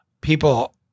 people